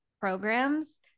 programs